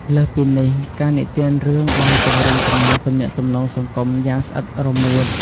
លើសពីនេះ ការនិទានរឿងបានពង្រឹងចំណងទំនាក់ទំនងសង្គមយ៉ាងស្អិតរមួត។